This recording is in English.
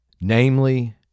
namely